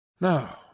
Now